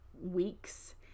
weeks